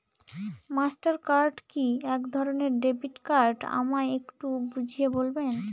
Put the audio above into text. Master card কি একধরণের debit card আমায় একটু বুঝিয়ে বলবেন?